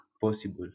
possible